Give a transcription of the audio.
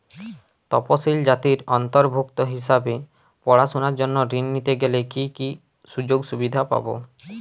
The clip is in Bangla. তফসিলি জাতির অন্তর্ভুক্ত হিসাবে পড়াশুনার জন্য ঋণ নিতে গেলে কী কী সুযোগ সুবিধে পাব?